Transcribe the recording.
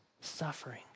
suffering